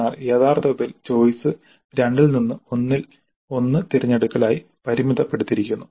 എന്നാൽ യഥാർത്ഥത്തിൽ ചോയിസ് 2 ൽ നിന്ന് 1 തിരഞ്ഞെടുക്കൽ ആയി പരിമിതപ്പെടുത്തിയിരിക്കുന്നു